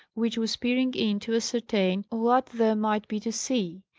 which was peering in to ascertain what there might be to see.